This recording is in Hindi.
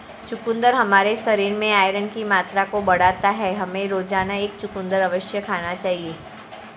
चुकंदर हमारे शरीर में आयरन की मात्रा को बढ़ाता है, हमें रोजाना एक चुकंदर अवश्य खाना चाहिए